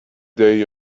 day